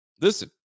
listen